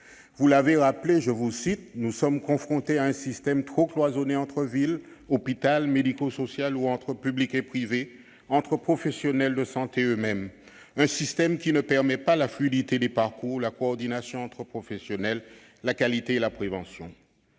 Vous l'avez rappelé :« Nous sommes confrontés à un système trop cloisonné - entre ville, hôpital, médico-social, ou entre public et privé, entre professionnels de santé eux-mêmes - mettant insuffisamment en valeur la fluidité des parcours, la coordination entre professionnels, la qualité et la prévention.